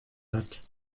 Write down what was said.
hat